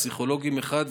פסיכולוג אחד,